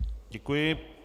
Děkuji.